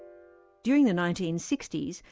during the nineteen sixty s,